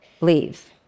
leave